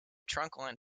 trunkline